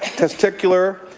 testicular,